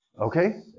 Okay